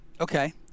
Okay